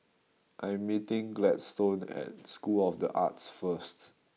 I am meeting Gladstone at School of The Arts first